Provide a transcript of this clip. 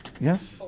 Yes